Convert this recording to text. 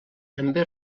també